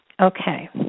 Okay